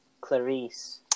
Clarice